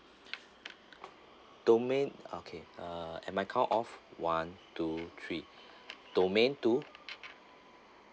domain okay uh at my count off one two three domain two